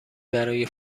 برای